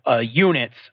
Units